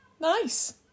Nice